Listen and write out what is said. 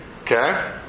Okay